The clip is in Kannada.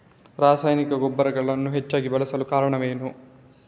ರಾಸಾಯನಿಕ ಗೊಬ್ಬರಗಳನ್ನು ಹೆಚ್ಚಾಗಿ ಬಳಸಲು ಕಾರಣವೇನು?